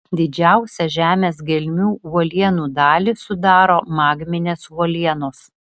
didžiausią žemės gelmių uolienų dalį sudaro magminės uolienos